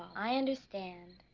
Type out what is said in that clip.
i understand